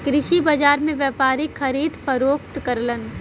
कृषि बाजार में व्यापारी खरीद फरोख्त करलन